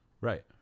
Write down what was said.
right